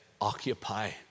Occupy